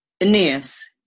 Aeneas